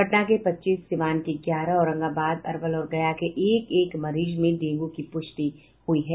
पटना के पच्चीस सिवान के ग्यारह औरंगाबाद अरवल और गया के एक एक मरीज में डेंगू की प्रष्टि हुई है